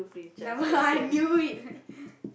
I knew it